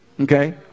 okay